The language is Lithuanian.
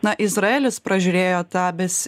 na izraelis pražiūrėjo tą bes